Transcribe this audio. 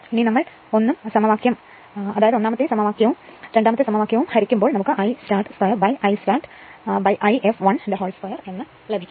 ഇനി നമ്മൾ 1 ആം സമവാക്യവും 2 ആം സമവാക്യവും ഹരികുമ്പോൾ നമുക്ക് I start 2I startI fl 2 എന്ന് ലഭിക്കും